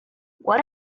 what